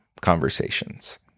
conversations